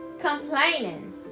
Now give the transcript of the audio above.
complaining